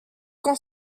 quand